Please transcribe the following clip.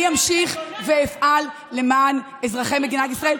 אני אמשיך ואפעל למען אזרחי מדינת ישראל,